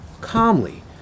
calmly